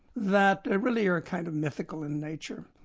that really are kind of mythical in nature.